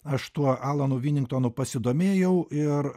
aš tuo alanu viningtonu pasidomėjau ir